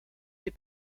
ses